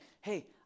hey